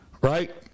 Right